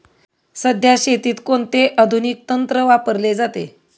सध्या शेतीत कोणते आधुनिक तंत्र वापरले जाते?